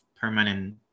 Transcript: permanent